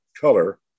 color